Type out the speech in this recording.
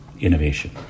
innovation